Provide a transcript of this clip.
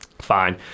fine